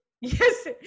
Yes